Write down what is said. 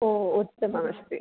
ओ उत्तममस्ति